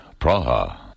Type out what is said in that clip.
Praha